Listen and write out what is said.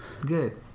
Good